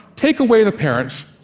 take away the parents,